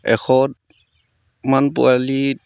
এশমান পোৱালিত